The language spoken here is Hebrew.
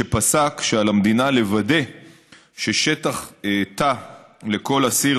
שפסק שעל המדינה לוודא ששטח תא לכל אסיר